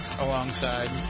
alongside